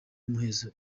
muhezo